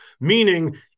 Meaning